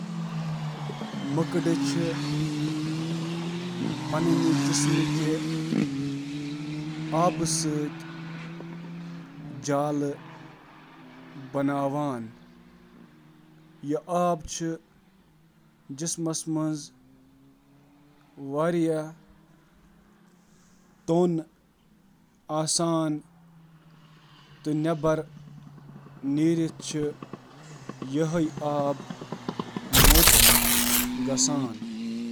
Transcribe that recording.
مۄکٕر چھِ پنِنہِ یٕڈ کِس نوکَس پٮ۪ٹھ واقع پنِنہِ سپنریٹ غدود سۭتۍ ریٖشٕم پٲدٕ کران۔ پریتھ غدود چُھ اکہٕ خاص مقصدٕ خٲطرٕ اکھ دھاگہٕ تیار کران - مثلن اکھ ٹریلڈ سیفٹی لائن، شکار پھنساونہٕ خٲطرٕ چپچپا ریشم یا یہٕ لپیٹنہٕ خٲطرٕ باریک ریشم۔